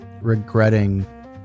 regretting